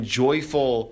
joyful